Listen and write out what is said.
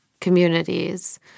communities